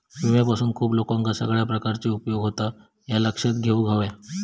विम्यापासून खूप लोकांका सगळ्या प्रकारे उपयोग होता, ह्या लक्षात घेऊक हव्या